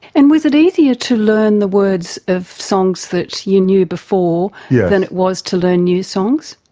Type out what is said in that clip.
and was it easier to learn the words of songs that you knew before yeah than it was to learn new songs?